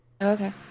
Okay